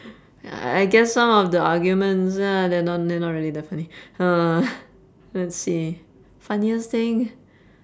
I guess some of the arguments uh they're not they're not really that funny uh let's see funniest thing